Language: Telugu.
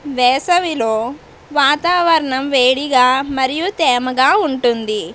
వేసవిలో వాతావరణం వేడిగా మరియు తేమగా ఉంటుంది